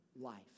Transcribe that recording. life